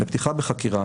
לפתיחה בחקירה,